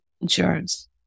insurance